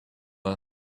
are